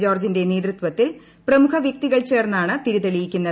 ജോർജിന്റെ നേതൃത്വത്തിൽ പ്രമുഖ വ്യക്തികൾ ചേർന്നാണ് തിരിതെളിക്കുന്നത്